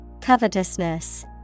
Covetousness